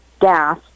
gas